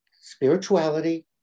spirituality